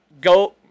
Go